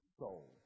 soul